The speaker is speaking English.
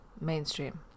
Mainstream